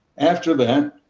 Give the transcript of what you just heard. after that,